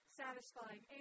satisfying